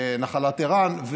נחלת ערן,